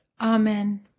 Amen